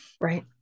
right